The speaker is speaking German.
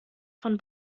von